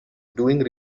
doing